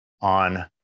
on